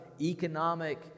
economic